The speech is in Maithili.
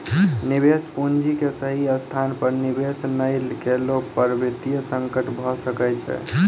निवेश पूंजी के सही स्थान पर निवेश नै केला पर वित्तीय संकट भ सकै छै